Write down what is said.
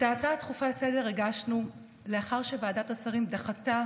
את ההצעה הדחופה לסדר-היום הגשנו לאחר שוועדת השרים דחתה,